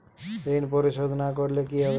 ঋণ পরিশোধ না করলে কি হবে?